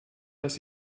dass